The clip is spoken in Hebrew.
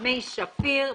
מי שפיר,